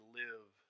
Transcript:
live